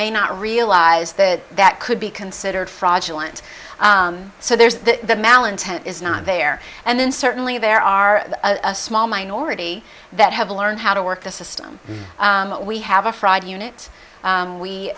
may not realize that that could be considered fraudulent so there's the mal intent is not there and then certainly there are a small minority that have learned how to work the system but we have a fraud unit